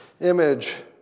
image